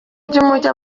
by’umujyi